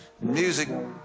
music